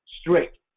Strict